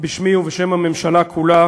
בשמי ובשם הממשלה כולה